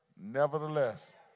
nevertheless